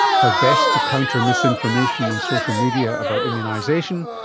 how best to counter misinformation on social media about immunisation.